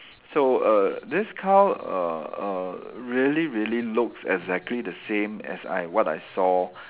so err this cow err err really really looks exactly the same as I what I saw